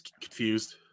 confused